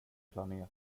planet